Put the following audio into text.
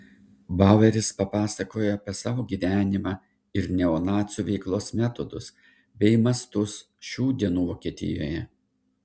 baueris papasakojo apie savo gyvenimą ir neonacių veiklos metodus bei mastus šių dienų vokietijoje